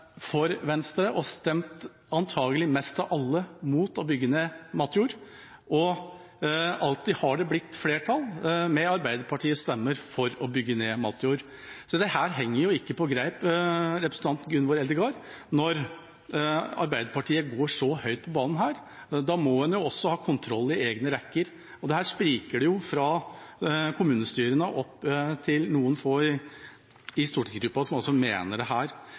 for Venstre og stemt – antagelig mest av alle – mot å bygge ned matjord, og alltid har det blitt flertall, med Arbeiderpartiets stemmer, for å bygge ned matjord. Så dette henger jo ikke på greip, representant Gunvor Eldegard. Når Arbeiderpartiet går så høyt på banen her, da må en også ha kontroll i egne rekker, og her spriker det fra kommunestyrene og opp til noen få i stortingsgruppa som altså mener